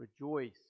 rejoice